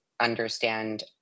understand